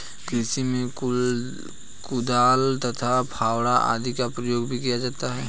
कृषि में कुदाल तथा फावड़ा आदि का प्रयोग भी किया जाता है